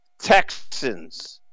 Texans